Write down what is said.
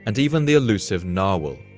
and even the elusive narwhal,